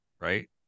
right